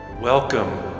Welcome